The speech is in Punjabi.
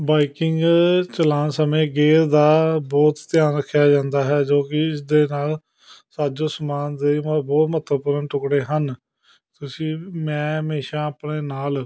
ਬਾਈਕਿੰਗ ਚਲਾਉਣ ਸਮੇਂ ਗੇਅਰ ਦਾ ਬਹੁਤ ਧਿਆਨ ਰੱਖਿਆ ਜਾਂਦਾ ਹੈ ਜੋ ਕਿ ਇਸ ਦੇ ਨਾਲ ਸਾਜੋ ਸਮਾਨ ਦੇ ਬਹੁਤ ਮਹੱਤਵਪੂਰਨ ਟੁਕੜੇ ਹਨ ਤੁਸੀਂ ਮੈਂ ਹਮੇਸ਼ਾ ਆਪਣੇ ਨਾਲ